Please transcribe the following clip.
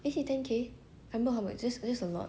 let's say ten K I dunno how much just just a lot